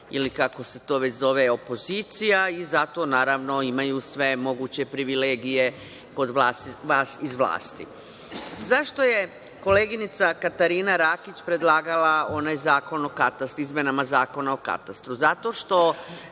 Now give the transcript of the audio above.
ili kako se to već zove opozicija i zato, naravno, imaju sve moguće privilegije kod vas iz vlasti.Zašto je koleginica Katarina Rakić predlagala izmene Zakona o katastru? Zato što